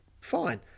fine